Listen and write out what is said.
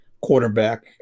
quarterback